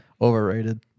Overrated